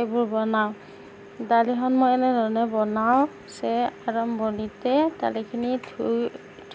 এইবোৰ বনাওঁ দালিখন মই এনেধৰণে বনাওঁ যে আৰম্ভণিতে দালিখিনি ধুই